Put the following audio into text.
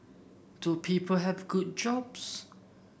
do people have good jobs